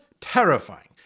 terrifying